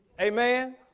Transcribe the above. Amen